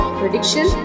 prediction